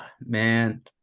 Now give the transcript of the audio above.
man